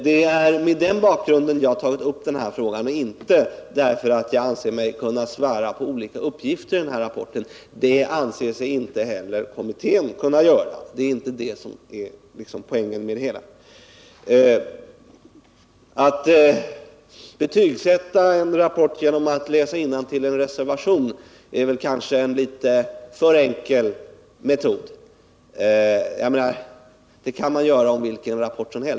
Det är mot den bakgrunden som jag tagit upp denna fråga och inte därför att jag anser mig kunna svära på olika uppgifter i denna rapport. Det anser sig inte heller kommittén kunna göra. Det är inte det som är poängen med det hela. Att betygsätta en rapport genom att läsa innantill ur en reservation är en litet för enkel metod; det kan man göra med vilken rapport som helst.